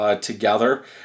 together